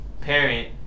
parent